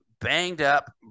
banged-up